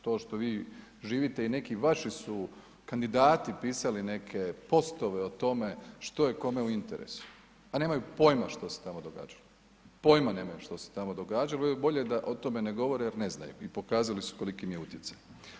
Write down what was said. To što vi živite i neki vaši su kandidati pisali neke postove o tome što je kome u interesu, a nemaju pojma što se tamo događalo, pojma nemaju što se tamo događalo i bolje da o tome ne govore jer ne znaju i pokazali su koliki im je utjecaj.